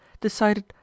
decided